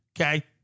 Okay